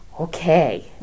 okay